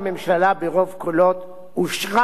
אושרה בוועדת השרים לחקיקה,